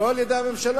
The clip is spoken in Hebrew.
לא על-ידי הממשלה.